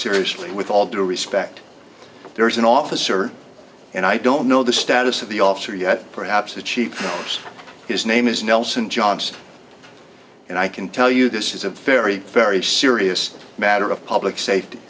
seriously with all due respect there is an officer and i don't know the status of the officer yet perhaps the chief his name is nelson johnson and i can tell you this is a very very serious matter of public safety